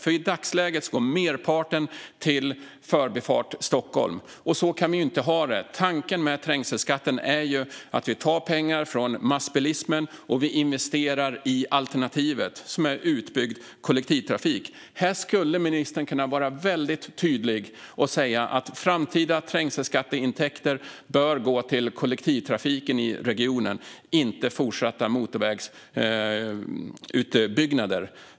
I dagsläget går merparten av pengarna till Förbifart Stockholm, och så kan vi inte ha det. Tanken med trängselskatten är att vi tar pengar från massbilismen och investerar i alternativet, som är utbyggd kollektivtrafik. Här skulle ministern kunna vara väldigt tydlig och säga att framtida trängselskatteintäkter bör gå till kollektivtrafiken i regionen och inte till fortsatta motorvägsutbyggnader.